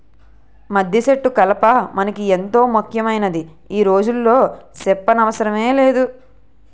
మద్దిసెట్టు కలప మనకి ఎంతో ముక్యమైందని ఈ రోజుల్లో సెప్పనవసరమే లేదు